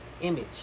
image